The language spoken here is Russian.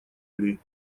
юрий